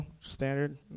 Standard